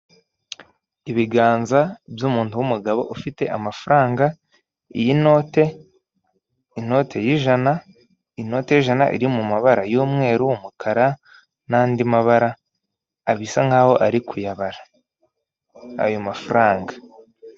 Ibiganza by'umuntu w'umugabo ufite amafaranga iy'inote, inote y'ijana iri mu mabara y'umweru, umukara n'andi mabara bisa nk'aho ari kuyabara ayo mafaranga.